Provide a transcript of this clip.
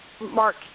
Mark